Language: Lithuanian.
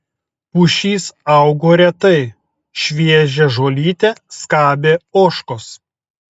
pušys augo retai šviežią žolytę skabė ožkos